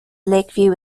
lakeview